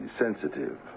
sensitive